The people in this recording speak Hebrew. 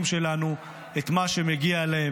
ושוחרר מסיבות רפואיות יהיה זכאי להגיש בקשה לרישיון נשק בהתאם